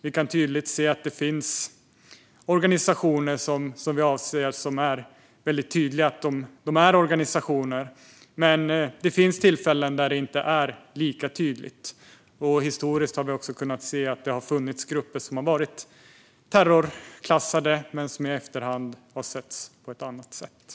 Vi kan tydligt se att det finns organisationer som väldigt tydligt är organisationer, men det finns också tillfällen där det inte är lika tydligt. Historiskt har vi kunnat se att det har funnits grupper som har varit terrorklassade men som i efterhand har setts på ett annat sätt.